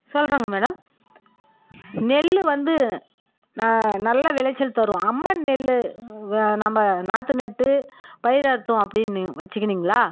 சொல்கிறங்க madam நெல்லு வந்து ந நல்ல விளைச்சல் தரும் அம்மன் நெல்லு நம்ம நாற்று நட்டு பயிர் அறுத்தோம் அப்படின் நீங்கள் வெச்சுக்கினிங்களா